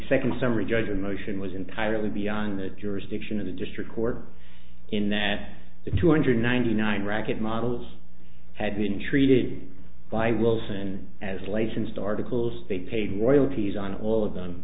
second summary judgment motion was entirely beyond the jurisdiction of the district court in that the two hundred ninety nine racket models had been treated by wilson as latest articles they paid royalties on all of them